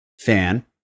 fan